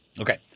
Okay